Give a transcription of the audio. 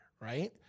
right